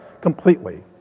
completely